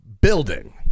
building